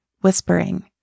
whispering